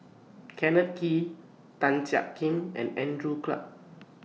Kenneth Kee Tan Jiak Kim and Andrew Clarke